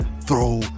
throw